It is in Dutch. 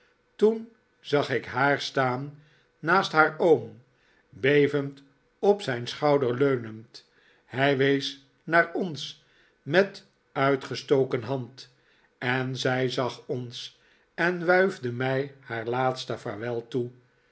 toen zag ik haar staan naast haar oom bevend op zijn schouder leunend hij wees naar ons met uitgestoken hand en zij zag ons en wuifde mij haar laatste vaarwel toe